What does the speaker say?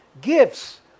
Gifts